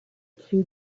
two